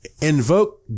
invoke